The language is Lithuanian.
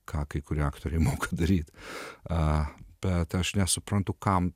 ką kai kurie aktoriai moka daryti bet aš nesuprantu kam